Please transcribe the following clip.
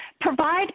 Provide